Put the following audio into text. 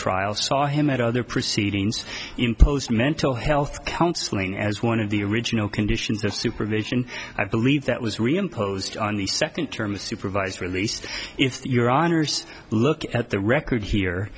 trial saw him at other proceedings imposed mental health counseling as one of the original conditions of supervision i believe that was reimposed on the second term of supervised release if your honour's look at the record here